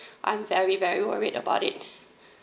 I'm very very worried about it